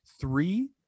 three